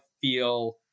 feel